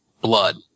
blood